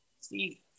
See